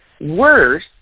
Worse